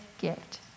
gift